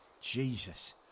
Jesus